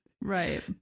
Right